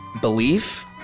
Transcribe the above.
belief